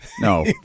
no